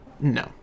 No